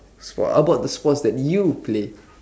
spo how about the sports that you played